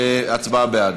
הצבעה בעד.